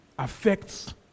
affects